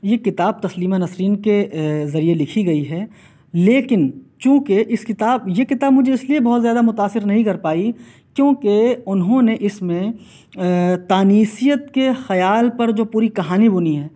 یہ کتاب تسلیمہ نسرین کے ذریعے لکھی گئی ہے لیکن چونکہ اِس کتاب یہ کتاب مجھے اِس لئے بہت زیادہ متاثر نہیں کر پائی کیوںکہ اُنہوں نے اِس میں تانیثیت کے خیال پر جو پوری کہانی بُنی ہے